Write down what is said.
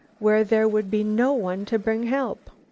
where there would be no one to bring help?